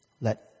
let